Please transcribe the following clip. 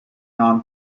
non